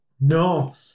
No